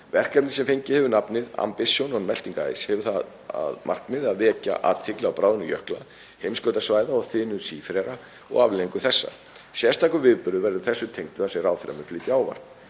Verkefnið, sem fengið hefur nafnið Ambition on Melting Ice, hefur það að markmiði að vekja athygli á bráðnun jökla, heimskautasvæða og þiðnun sífrera og afleiðingum þessa. Sérstakur viðburður verður þessu tengdur þar sem ráðherra mun flytja ávarp.